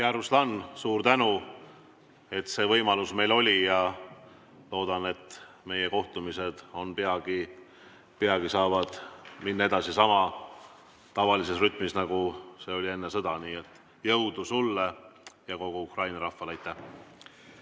Ruslan, suur tänu, et see võimalus meil oli! Loodan, et meie kohtumised saavad peagi minna edasi sama tavalises rütmis, nagu see oli enne sõda. Jõudu sulle ja kogu Ukraina rahvale! Aitäh!